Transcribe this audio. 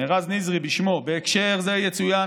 מרז נזרי בשמו: "בהקשר זה יצוין,